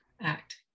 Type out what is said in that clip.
act